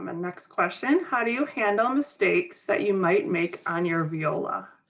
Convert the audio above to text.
um and next question. how do you handle mistakes that you might make on your viola.